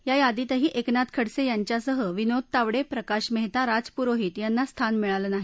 या यादीतही एकनाथ खडस ि्रांच्यासह विनोद तावड प्रकाश महिना राज पुरोहीत यांना स्थान मिळालं नाही